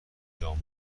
جامعه